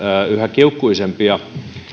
kiukkuisempia